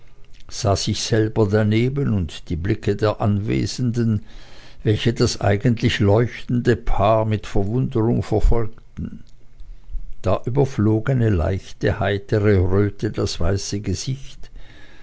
sah sich selber daneben und die blicke der anwesenden welche das eigentlich leuchtende paar mit verwunderung vefolgten da überflog eine leichte heitere röte das weiße gesicht